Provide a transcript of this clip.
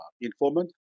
informant